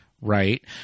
Right